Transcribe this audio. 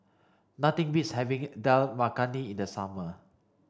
nothing beats having Dal Makhani in the summer